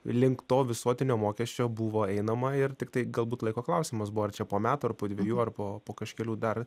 link to visuotinio mokesčio buvo einama ir tiktai galbūt laiko klausimas buvo ar čia po metų ar po dviejų ar po po kažkelių dar